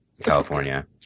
California